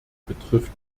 betrifft